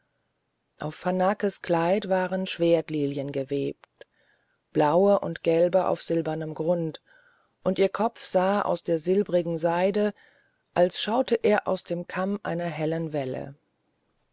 auf hanakes kleid waren schwertlilien gewebt blaue und gelbe auf silbrigem grund und ihr kopf sah aus der silbrigen seide als schaute er aus dem kamm einer hellen welle